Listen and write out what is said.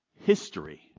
history